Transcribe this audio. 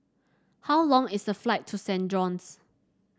how long is a flight to Saint John's